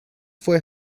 fue